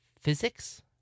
Physics